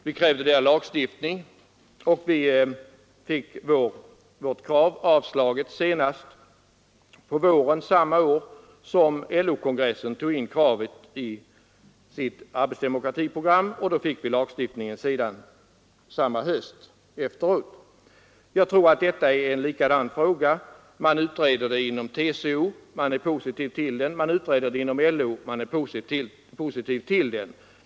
Vi krävde lagstiftning, och vi fick vårt krav avslaget senast på våren samma år som LO-kongressen tog in det i sitt arbetsdemokratiprogram, och samma höst fick vi en lagstiftning. Jag tror att det är likadant med det här kravet. Man utreder det inom TCO och är där positiv till det, man utreder det inom LO och är där positiv.